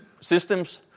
systems